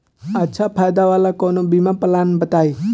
अच्छा फायदा वाला कवनो बीमा पलान बताईं?